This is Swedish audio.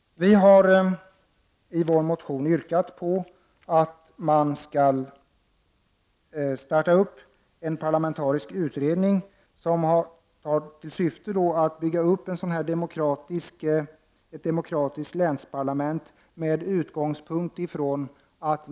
Vi har i vår motion yrkat på att man skall starta en parlamentarisk utredning som har till syfte att bygga upp ett demokratiskt länsparlament.